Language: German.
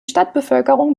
stadtbevölkerung